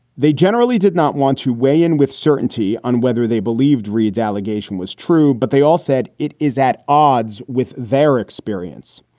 they generally did not want to weigh in with certainty on whether they believed reid's allegation was true, but they all said it is at odds with their experience.